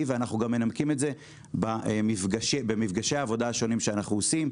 ואנחנו גם מנמקים את זה במפגשי העבודה השונים שאנחנו עושים,